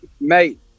mate